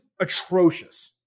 atrocious